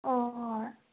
ꯑꯣ ꯍꯣꯏ